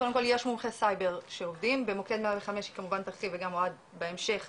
קודם כל יש מומחי סייבר שעובדים במוקד 105 כמובן ידבר על כך אוהד בהמשך,